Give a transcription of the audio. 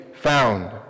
found